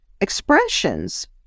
expressions